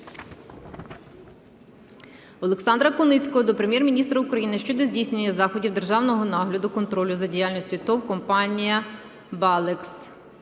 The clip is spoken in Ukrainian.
Олександра Куницького до Прем'єр-міністра України щодо здійснення заходів державного нагляду (контролю) за діяльністю ТОВ "Компанія Балекс"